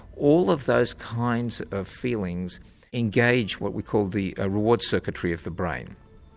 all of those kinds of feelings engage what we call the ah reward circuitry of the brain.